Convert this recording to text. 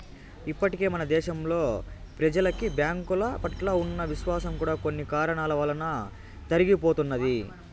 ఇప్పటికే మన దేశంలో ప్రెజలకి బ్యాంకుల పట్ల ఉన్న విశ్వాసం కూడా కొన్ని కారణాల వలన తరిగిపోతున్నది